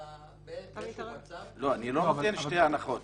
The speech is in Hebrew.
אתה באיזשהו מצב -- --נותן שתי הנחות.